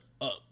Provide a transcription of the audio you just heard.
up